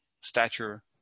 stature